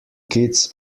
kits